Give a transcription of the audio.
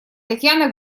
татьяна